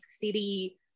city